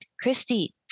Christy